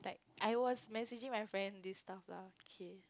I was messaging my friend this stuff lah okay